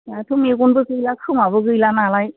दाथ' मेगनबो गैया खोमाबो गैला नालाय